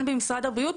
במשרד הבריאות,